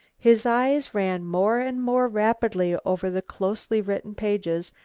his eyes ran more and more rapidly over the closely written pages,